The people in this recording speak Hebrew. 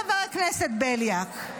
חבר הכנסת בליאק,